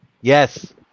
Yes